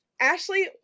Ashley